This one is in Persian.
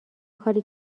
کاری